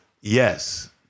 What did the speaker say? Yes